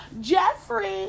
Jeffrey